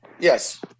Yes